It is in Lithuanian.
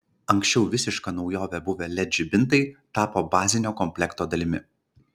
anksčiau visiška naujove buvę led žibintai tapo bazinio komplekto dalimi